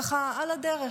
ככה, על הדרך.